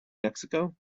mexico